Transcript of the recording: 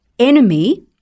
enemy